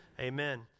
amen